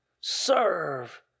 serve